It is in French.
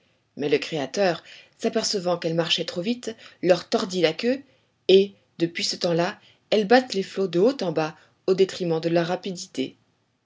mais le créateur s'apercevant qu'elles marchaient trop vite leur tordit la queue et depuis ce temps-là elles battent les flots de haut en bas au détriment de leur rapidité